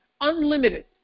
Unlimited